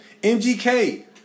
MGK